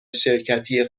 شرکتی